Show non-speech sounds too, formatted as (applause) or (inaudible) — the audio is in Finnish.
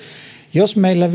jos meillä (unintelligible)